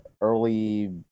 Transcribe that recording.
early